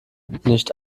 nicht